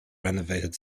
renovated